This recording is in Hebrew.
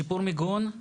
שיפור מיגון,